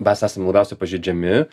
mes esam labiausiai pažeidžiami